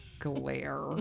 glare